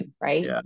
right